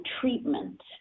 treatment